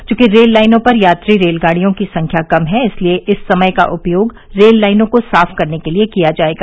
च्रंकि रेललाइनों पर यात्री रेलगाड़ियों की संख्या कम है इसलिए इस समय का उपयोग रेललाइनों को साफ करने के लिए किया जाएगा